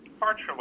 partially